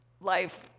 life